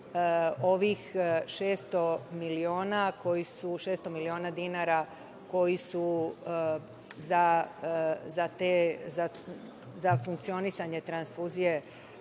ovih 600 miliona dinara koji su za funkcionisanje transfuzije,